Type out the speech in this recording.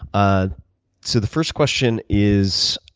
ah so the first question is,